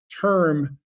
term